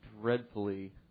dreadfully